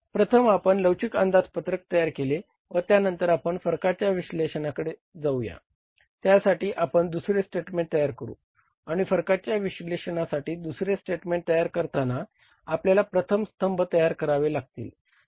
तर प्रथम आपण लवचिक अंदाजपत्रक तयार केले व त्यांनतर आपण फरकाच्या विश्लेषणाकडे जाऊया त्यासाठी आपण दुसरे स्टेटमेंट तयार करू आणि फरकाच्या विश्लेषणासाठी दुसरे स्टेटमेंट तयार करताना आपल्याला प्रथम स्तंभ तयार करावे लागतील